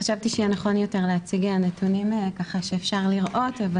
חשבתי שנכון יותר להציג נתונים שאפשר לראות אבל